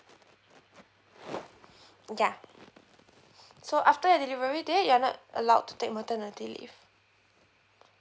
ya so after your delivery date you're not allowed to take maternity leave